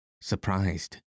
surprised